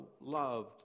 loved